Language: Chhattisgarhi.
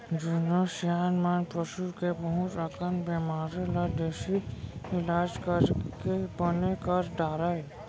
जुन्ना सियान मन पसू के बहुत अकन बेमारी ल देसी इलाज करके बने कर डारय